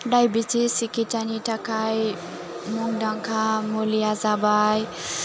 diabetes सिकित्सानि थाखाय मुंदांखा मुलिया जाबाय